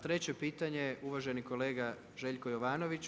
Treće pitanje, uvaženi kolega Željko Jovanović.